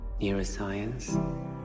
neuroscience